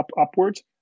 upwards